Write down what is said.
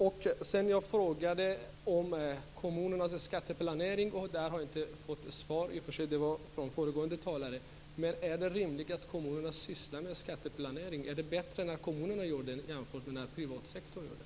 Jag har också frågat om kommunernas skatteplanering men jag har inte fått något svar. I och för sig gällde det föregående talare. Men är det rimligt att kommunerna sysslar med skatteplanering? Är det bättre när kommunerna gör det än när den privata sektorn gör det?